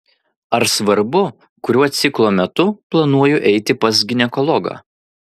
ar svarbu kuriuo ciklo metu planuoju eiti pas ginekologą